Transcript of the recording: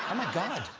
um my god!